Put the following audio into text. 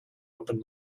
open